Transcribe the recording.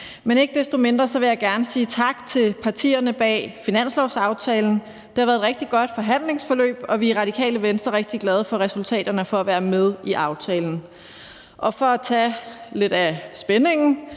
Men ikke desto mindre vil jeg gerne sige tak til partierne bag finanslovsaftalen. Det har været et rigtig godt forhandlingsforløb, og vi er i Radikale Venstre rigtig glade for resultaterne og for at være med i aftalen. For at tage lidt af spændingen